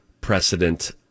precedent